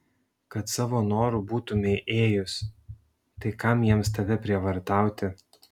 kad savo noru būtumei ėjus tai kam jiems tave prievartauti